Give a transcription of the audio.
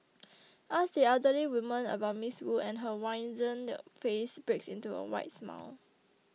ask the elderly woman about Miss Wu and her wizened face breaks into a wide smile